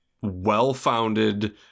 well-founded